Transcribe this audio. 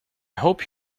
hope